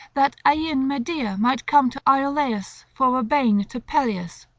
that aeaean medea might come to ioleus for a bane to pelias,